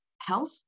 health